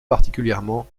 particulièrement